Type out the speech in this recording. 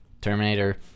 Terminator